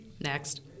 Next